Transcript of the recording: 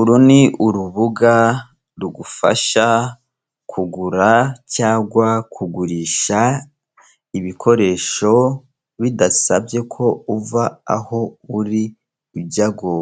Uru ni urubuga rugufasha kugura cyangwa kugurisha ibikoresho bidasabye ko uva aho uri ujya ngo